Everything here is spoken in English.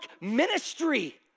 ministry